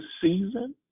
season